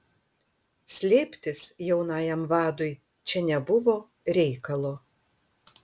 slėptis jaunajam vadui čia nebuvo reikalo